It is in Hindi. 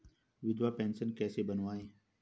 विधवा पेंशन कैसे बनवायें?